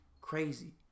crazy